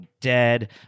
Dead